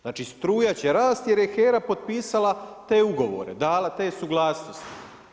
Znači struja će rasti jer je HERA potpisala te ugovore, dala te suglasnosti.